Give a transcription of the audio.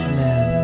Amen